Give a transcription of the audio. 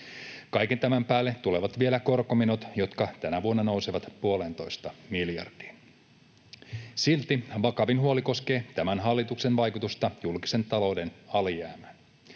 Kaiken tämän päälle tulevat vielä korkomenot, jotka tänä vuonna nousevat puoleentoista miljardiin. Silti vakavin huoli koskee tämän hallituksen vaikutusta julkisen talouden alijäämään.